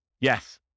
Yes